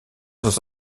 dans